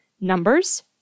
Numbers